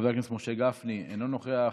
חבר הכנסת משה גפני, אינו נוכח,